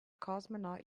cosmonaut